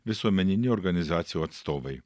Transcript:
visuomeninių organizacijų atstovai